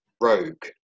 Rogue